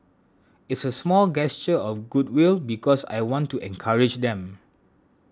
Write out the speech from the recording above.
it's a small gesture of goodwill because I want to encourage them